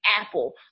Apple